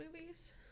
movies